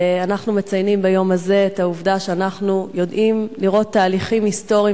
אנחנו מציינים ביום הזה את העובדה שאנחנו יודעים לראות תהליכים היסטוריים